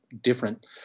different